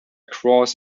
cross